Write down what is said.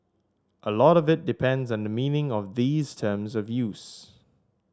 a lot of it depends on the meaning of these terms of use